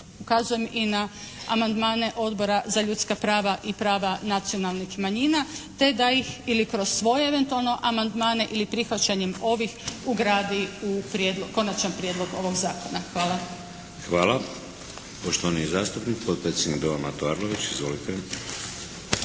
ukazujem i na amandmane Odbora za ljudska prava i prava nacionalnih manjina te da ih ili kroz svoje eventualno amandmane ili prihvaćanjem ovih ugradi u konačan prijedlog ovog zakona. Hvala. **Šeks, Vladimir (HDZ)** Hvala. Poštovani zastupnik potpredsjednik Doma Mato Arlović. Izvolite.